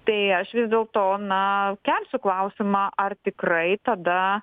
tai aš vis dėlto na kelsiu klausimą ar tikrai tada